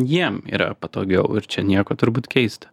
jiem yra patogiau ir čia nieko turbūt keista